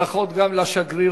ברכות גם לשגרירה,